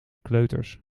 kleuters